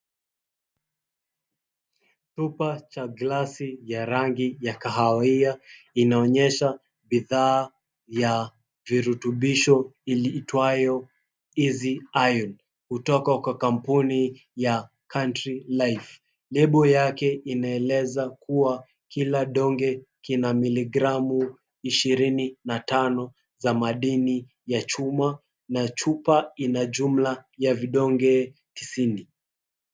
Chupa cha glasi ya rangi ya kahawia inaonyesha bidhaa ya virutubisho iitwayo, Easy Iron kutoka kwa kampuni ya, Country Life. Lebo yake inaeleza kuwa kila donge kina miligramu ishirini na tano za madini ya chuma na chupa ina jumla ya vidonge tisini.